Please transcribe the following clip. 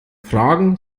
fragen